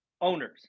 owners